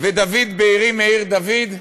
ודוד בארי מעיר-דוד,